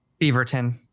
Beaverton